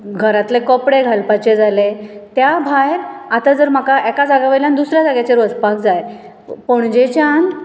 घरांतले कपडे घालपाचे जाले त्या भायर आतां जर म्हाका एका जाग्या वयल्यार दुसऱ्या जाग्याचेर वचपाक जाय पणजेच्यान